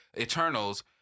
Eternals